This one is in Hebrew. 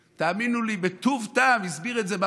תאמינו לי, בטוב טעם הסביר את זה.